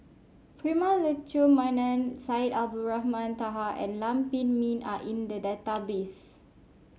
Prema Letchumanan Syed Abdulrahman Taha and Lam Pin Min are in the database